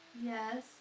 Yes